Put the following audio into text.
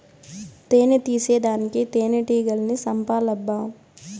తేని తీసేదానికి తేనెటీగల్ని సంపాలబ్బా